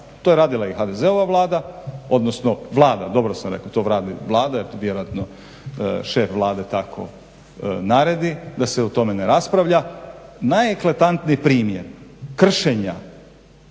To je radila i HDZ-ova Vlada, odnosno Vlada dobro sam rekao to radi Vlada jer vjerojatno šef Vlade tako naredi da se o tome ne raspravlja. Najeklatantniji primjer kršenja